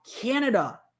Canada